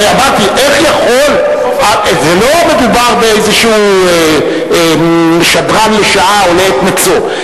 הרי אמרתי, לא מדובר באיזה שדרן לשעה או לעת מצוא.